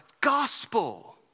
gospel